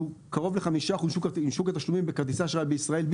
שהוא קרוב לחמישה אחוז משוק התשלומים בכרטיסי האשראי בישראל,